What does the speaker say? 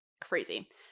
Crazy